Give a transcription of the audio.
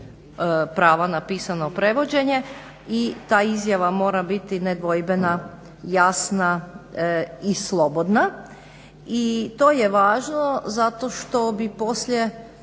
prava na pisano prevođenje i ta izjava mora biti nedvojbena, jasna i slobodna. I to je važno zato što bi poslije